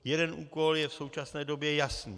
Jeden úkol je v současné době jasný.